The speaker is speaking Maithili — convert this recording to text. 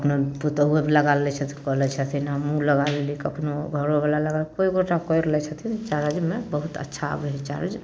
कखनौ पुतौहो लगा लै छथिन कऽ लै छथिन हमहुँ लगा लेलिए कखनौ घरोबला लगा कोइ गोटा कैर लै छथिन चारजमे बहुत अच्छा होइ है चार्ज